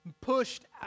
pushed